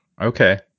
Okay